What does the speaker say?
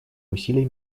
усилий